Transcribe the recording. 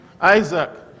Isaac